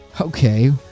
okay